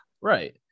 Right